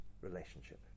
relationship